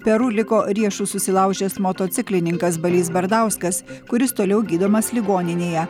peru liko riešus susilaužęs motociklininkas balys bardauskas kuris toliau gydomas ligoninėje